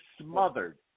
smothered